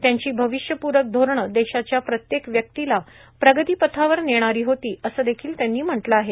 त्यांची भविष्यपूरक धोरण देशाच्या प्रत्येक व्यक्तीला प्रगतीपथावर नेणारी होती असं देखील त्यांनी म्हटलं आहे